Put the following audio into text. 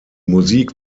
musik